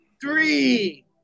three